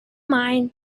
mind